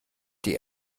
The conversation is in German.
die